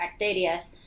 Arterias